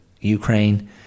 ukraine